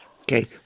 Okay